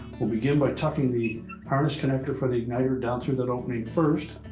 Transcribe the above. we'll begin by tucking the parents connector for the igniter down through that opening first,